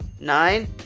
Nine